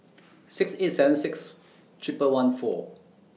six eight seven six Triple one four